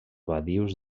badius